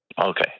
Okay